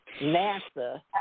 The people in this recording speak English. NASA